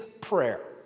prayer